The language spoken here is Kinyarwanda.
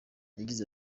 yagize